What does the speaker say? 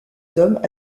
hommes